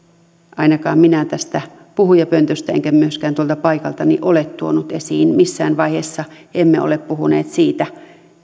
ainakaan minä tästä puhujapöntöstä enkä myöskään tuolta paikaltani ole tuonut esiin missään vaiheessa emme ole puhuneet siitä